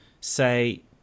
say